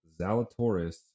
Zalatoris